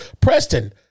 Preston